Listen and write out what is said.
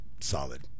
solid